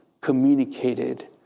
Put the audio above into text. communicated